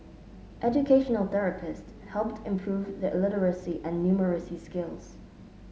educational therapists helped improve their literacy and numeracy skills